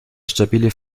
stabile